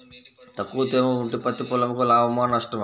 తక్కువ తేమ ఉంటే పత్తి పొలంకు లాభమా? నష్టమా?